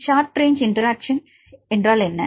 short range interaction என்ன